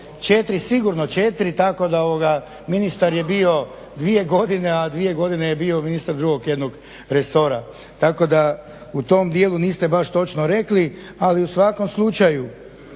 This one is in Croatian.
ne 4. Sigurno 4, tako da ovoga, ministar je bio 2 godine, a 2 godine je bio ministar drugog jednog resora. Tako da u tom dijelu niste baš točno rekli, ali u svakom slučaju